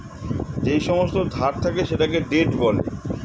যেই সমস্ত ধার থাকে সেটাকে ডেট বলে